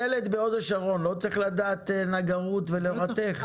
ילד בהוד השרון לא צריך לדעת נגרות ולרתך?